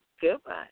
Goodbye